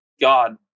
God